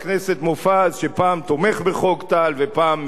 שפעם תומך בחוק טל ופעם מתנגד לו,